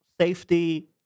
safety